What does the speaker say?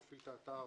מפעיל את האתר